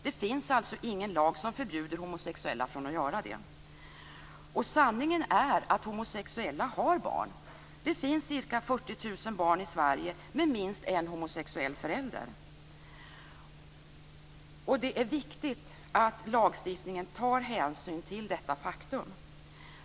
Det finns alltså ingen lag som förbjuder homosexuella att göra det. Och sanningen är att homosexuella har barn. Det finns ca 40 000 Det är viktigt att lagstiftningen tar hänsyn till detta faktum.